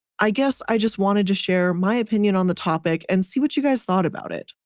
i guess, i just wanted to share my opinion on the topic and see what you guys thought about it.